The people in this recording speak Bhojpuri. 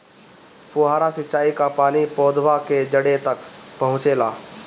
फुहारा सिंचाई का पानी पौधवा के जड़े तक पहुचे ला?